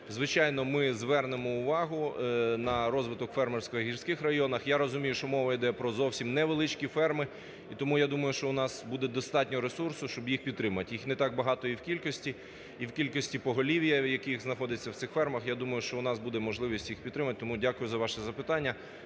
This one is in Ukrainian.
звичайно, ми звернемо увагу на розвиток фермерства в гірських районах. Я розумію, що мова йде про зовсім невеличкі ферми. І тому я думаю, що в нас буде достатньо ресурсу, щоб їх підтримати, їх не так багато і в кількості, і в кількості поголів'я, яке знаходиться в цих фермах. Я думаю, що в нас буде можливість їх підтримати. Тому дякую за ваше запитання.